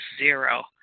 zero